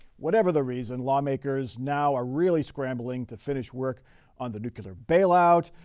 whatever the reason lawmakers now are really scrambling to finish work on the nuclear bailout,